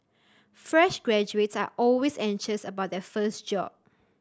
fresh graduates are always anxious about their first job